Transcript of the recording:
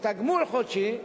או תגמול חודשי,